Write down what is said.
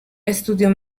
estudió